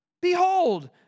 Behold